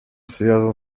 связан